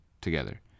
together